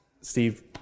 Steve